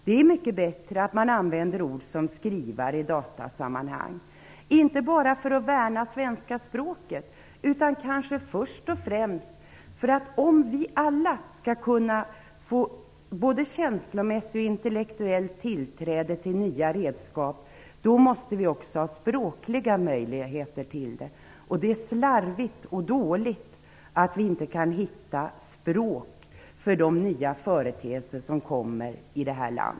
Det är mycket bättre att man använder ord som skrivare i datasammanhang, inte bara för att värna svenska språket utan kanske först och främst för att vi alla skall kunna få både känslomässigt och intellektuellt tillträde till nya redskap, och då måste vi också ha språkliga möjligheter till det. Det är slarvigt och dåligt att vi i det här landet inte kan hitta ord för de nya företeelser som kommer.